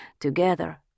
Together